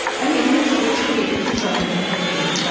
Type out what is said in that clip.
i mean, here's a tweet. this was on your twitter feed.